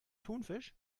thunfisch